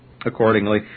Accordingly